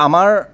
আমাৰ